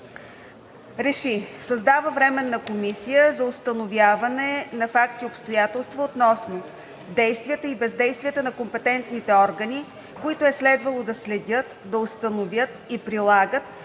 1. Създава Временна комисия за установяване на факти и обстоятелства относно: а) действията и бездействията на компетентните органи, които е следвало да следят, да установят и прилагат